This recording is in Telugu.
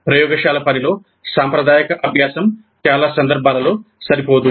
ప్రయోగశాల పనిలో సాంప్రదాయిక అభ్యాసం చాలా సందర్భాలలో సరిపోదు